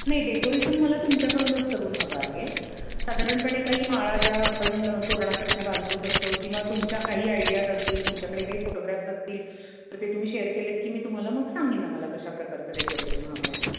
नाही डेकोरेशन मला तुमच्याकडूनच करून हवं आहे साधारणपणे काही माळा ज्या आपण तोरणासारख्या बांधतो तसं असतो किंवा तुमच्या काही आयडियाज असतील तुमच्याकडे काही फोटोग्राफ्स असतील तर ते तुम्ही शेअर केलेत की मी तुम्हाला मग सांगेन आम्हाला कशा प्रकारचं डेकोरेशन हवं आहे ते